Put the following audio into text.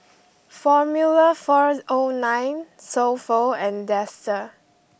Formula fourth O nine So Pho and Dester